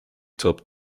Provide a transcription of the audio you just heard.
topped